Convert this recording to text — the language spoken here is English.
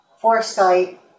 foresight